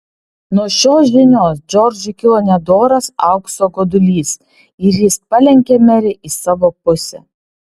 nuo šios žinios džordžui kilo nedoras aukso godulys ir jis palenkė merę į savo pusę